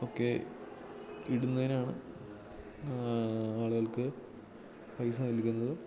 ഒക്കെ ഇടുന്നതിനാണ് ആളുകൾക്ക് പൈസ നൽകുന്നത്